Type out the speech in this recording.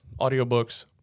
audiobooks